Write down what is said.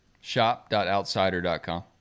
Shop.outsider.com